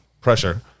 pressure